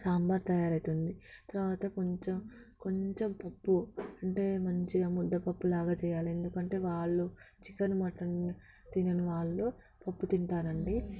సాంబార్ తయారు అయితుంది తర్వాత కొంచెం కొంచెం పప్పు అంటే మంచిగా ముద్దపప్పు లాగా చేయాలి ఎందుకంటే వాళ్ళు చికెన్ మటన్ తినిన వాళ్ళు పప్పు తింటారండి